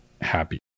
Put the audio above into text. happy